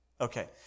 Okay